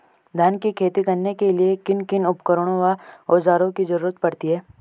धान की खेती करने के लिए किन किन उपकरणों व औज़ारों की जरूरत पड़ती है?